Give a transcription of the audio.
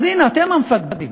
אז הנה, אתם המפקדים.